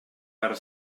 per